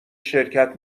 شرکت